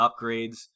upgrades